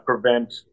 prevent